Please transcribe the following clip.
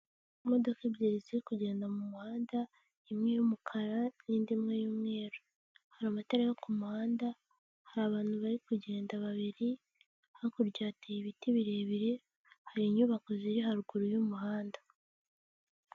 Imodoka ebyiri ziri kugenda mu muhanda, imwe y'umukara n'indi imwe y'umweru. Hari amatara yo kumuhanda, hari abantu bari kugenda babiri, hakurya hateye ibiti birebire, hari inyubako ziri haruguru y'umuhanda.